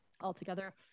Altogether